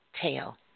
tail